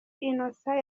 innocent